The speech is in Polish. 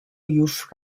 już